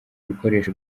bikoresho